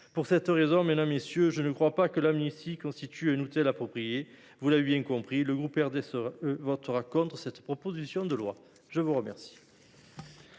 Pour cette raison, mes chers collègues, je ne crois pas que l’amnistie constitue un outil approprié. Vous l’avez compris, le groupe RDSE votera contre cette proposition de loi. Bravo ! La parole